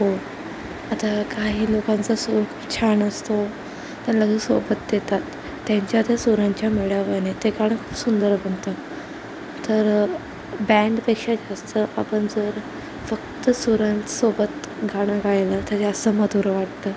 हो आता काही लोकांचा सूर छान असतो तर लगेच सोबत देतात त्यांच्या त्या सुरांच्या मेळाव्याने ते गाणं सुंदर बनतात तर बँडपेक्षा जास्त आपण जर फक्त सुरांसोबत गाणं गायलं तर जास्त मधुर वाटतं